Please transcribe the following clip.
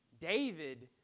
David